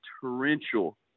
torrential